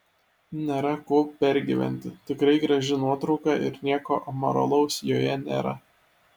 nėra ko pergyventi tikrai graži nuotrauka ir nieko amoralaus joje nėra